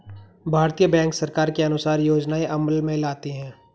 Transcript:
भारतीय बैंक सरकार के अनुसार योजनाएं अमल में लाती है